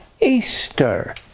Easter